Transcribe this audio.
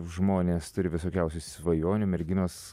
žmonės turi visokiausių svajonių merginos